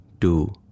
two